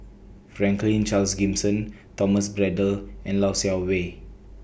Franklin Charles Gimson Thomas Braddell and Lau Siew Mei